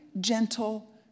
gentle